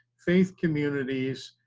faith communities,